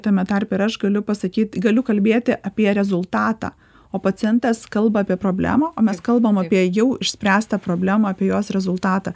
tame tarpe ir aš galiu pasakyt galiu kalbėti apie rezultatą o pacientas kalba apie problemą o mes kalbam apie jau išspręstą problemą apie jos rezultatą